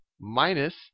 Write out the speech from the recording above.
minus